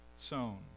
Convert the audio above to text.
sown